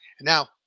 Now